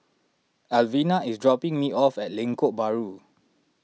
Alvena is dropping me off at Lengkok Bahru